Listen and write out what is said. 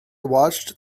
watched